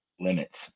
limits